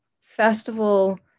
festival